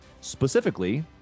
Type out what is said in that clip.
specifically